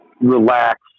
relax